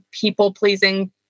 people-pleasing